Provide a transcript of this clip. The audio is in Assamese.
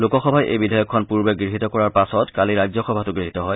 লোকসভাই এই বিধেয়কখন পূৰ্বে গৃহীত কৰাৰ পাছত কালি ৰাজ্যসভাতো গৃহীত হয়